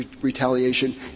retaliation